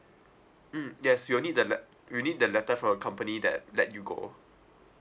mm yes you'll need the let~ you need the letter from the company that let you go